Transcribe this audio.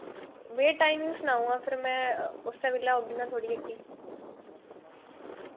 भैया टाइमिंग सनाओ हां फिर मैं उस्सै बेल्लै औगी ना थोआढ़ी हट्टी